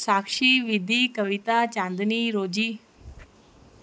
साक्षी विधी कविता चांदनी रोजी